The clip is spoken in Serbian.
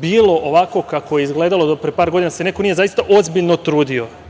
bilo ovako kako je izgledalo do pre par godina dok se neko nije zaista ozbiljno trudio